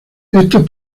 estos